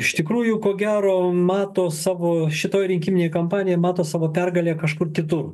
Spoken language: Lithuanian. iš tikrųjų ko gero mato savo šitoj rinkiminėj kampanijoj mato savo pergalę kažkur kitur